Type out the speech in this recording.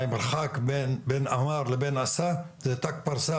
המרחק בין אמר לבין עשה זה ת"ק פרסה,